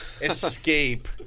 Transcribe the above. Escape